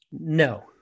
No